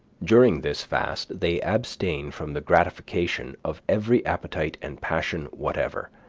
during this fast they abstain from the gratification of every appetite and passion whatever.